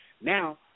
Now